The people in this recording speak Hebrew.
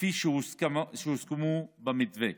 כפי שהוסכמו במתווה.